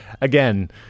again